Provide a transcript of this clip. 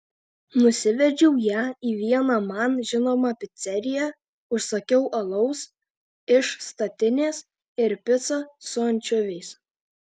nusivedžiau ją į vieną man žinomą piceriją užsakiau alaus iš statinės ir picą su ančiuviais